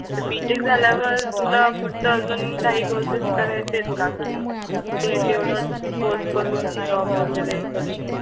मत B tech झाल्यावर तुला पुढचं अजून काही कोर्सेस करायचे आहेत का की तेवढंच कोर्स करून जॉब वगैरे करशील